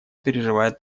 переживает